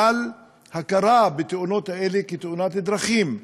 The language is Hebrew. על הכרה בתאונות האלה כתאונות דרכים,